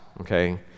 okay